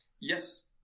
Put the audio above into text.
Yes